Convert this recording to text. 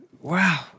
Wow